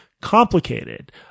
complicated